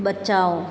बचाओ